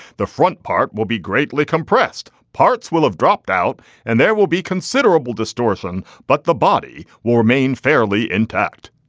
the front part will be greatly compressed, parts will have dropped out and there will be considerable distortion, but the body will remain fairly intact.